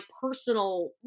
personal